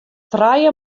trije